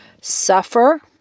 suffer